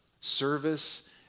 service